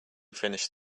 finished